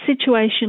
situation